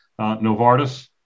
Novartis